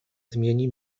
zmieni